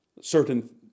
certain